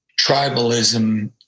tribalism